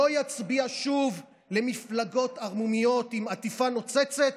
לא יצביע שוב למפלגות ערמומיות בעטיפה נוצצת